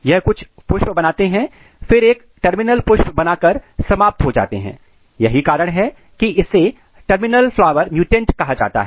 यह कुछ फूल बनाते हैं और फिर एक टर्मिनल फूल बनाकर समाप्त हो जाते हैं यही कारण है कि इसे टर्मिनल फ्लावर म्युटेंट कहा जाता है